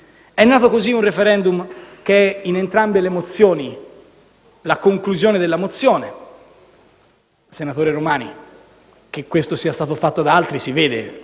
È nato così un *referendum* che è in entrambe le mozioni la conclusione della mozione. Senatore Paolo Romani, che questo sia stato fatto da altri si vede,